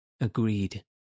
Agreed